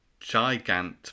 Gigant